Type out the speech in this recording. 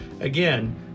Again